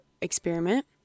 experiment